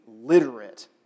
literate